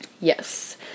yes